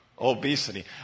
obesity